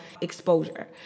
exposure